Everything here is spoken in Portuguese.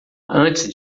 antes